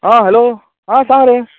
आं हॅलो आं सांग रे